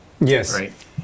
Yes